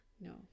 no